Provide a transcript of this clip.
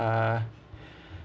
uh